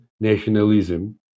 nationalism